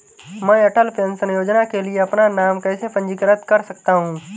मैं अटल पेंशन योजना के लिए अपना नाम कैसे पंजीकृत कर सकता हूं?